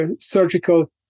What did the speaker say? surgical